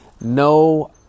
No